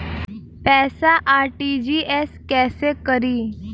पैसा आर.टी.जी.एस कैसे करी?